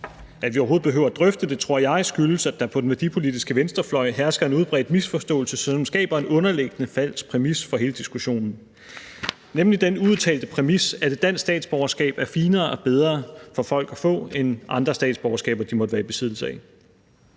At vi overhovedet behøver at drøfte det, tror jeg skyldes, at der på den værdipolitiske venstrefløj hersker en udbredt misforståelse, som skaber en underliggende falsk præmis for hele diskussionen, nemlig den uudtalte præmis, at et dansk statsborgerskab er finere og bedre for folk at få end andre statsborgerskaber, de måtte være i besiddelse af.